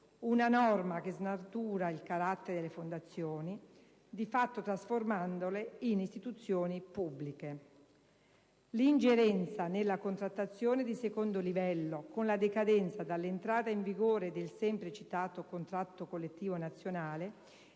(una norma che snatura il carattere delle fondazioni, di fatto trasformandole in istituzioni pubbliche); l'ingerenza nella contrattazione di secondo livello, con la decadenza dall'entrata in vigore del semplice contratto collettivo nazionale